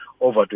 over